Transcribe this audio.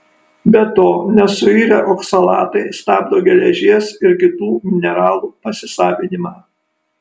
be to nesuirę oksalatai stabdo geležies ir kitų mineralų pasisavinimą